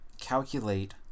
calculate